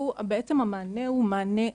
בעצם, המענה הוא מענה ראשוני,